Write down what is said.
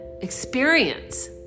experience